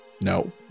No